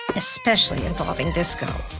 especially involving disco.